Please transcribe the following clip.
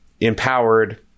empowered